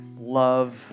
love